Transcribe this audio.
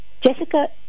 jessica